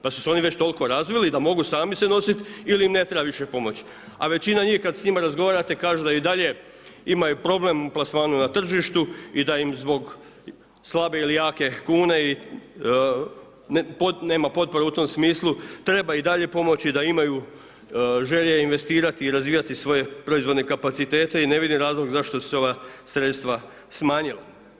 Pa jesu se oni tako razvili da mogu sami se nosit ili ne trebaju više pomoć, a većina njih kad s njima razgovarate kažu da i dalje imaju problem u plasmanu na tržištu i da im zbog slabe ili jake kune nema potpore u tom smislu treba i dalje pomoći da imaju želje investirati i razvijati svoje proizvodne kapacitete i ne vidim razlog zašto se ova sredstva smanjila.